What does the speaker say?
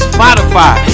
Spotify